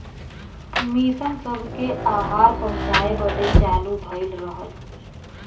mission सबके आहार पहुचाए बदे चालू भइल रहल